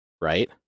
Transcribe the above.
right